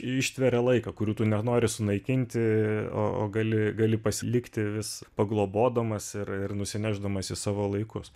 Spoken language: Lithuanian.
ištveria laiką kurių tu nenori sunaikinti o o gali gali pasilikti vis paglobodamas ir ir nusinešdamas į savo laikus